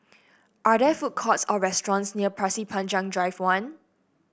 are there food courts or restaurants near Pasir Panjang Drive One